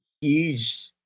huge